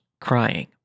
crying